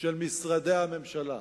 של משרדי הממשלה,